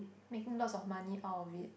making lots of money out of it